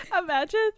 imagine